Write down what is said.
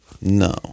No